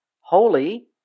Holy